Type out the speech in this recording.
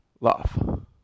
love